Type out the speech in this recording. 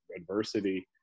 adversity